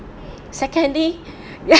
secondly ya